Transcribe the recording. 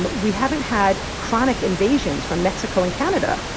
we haven't had chronic invasions from mexico and canada,